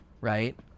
right